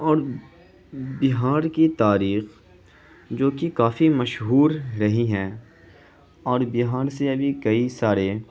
اور بہار کی تاریخ جوکہ کافی مشہور رہی ہیں اور بہار سے یعنی کئی سارے